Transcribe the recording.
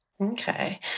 Okay